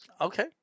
Okay